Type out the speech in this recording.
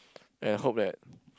and hope that